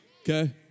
Okay